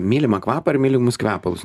mylimą kvapą ar mylimus kvepalus